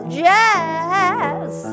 jazz